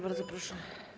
Bardzo proszę.